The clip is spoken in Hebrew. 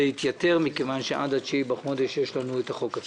יתייתר כיוון שעד ה-9 בחודש יש לנו את החוק עצמו.